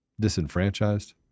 disenfranchised